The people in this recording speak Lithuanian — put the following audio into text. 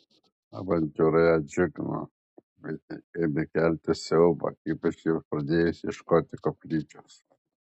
avantiūra ją džiugino bet ir ėmė kelti siaubą ypač jiems pradėjus ieškoti koplyčios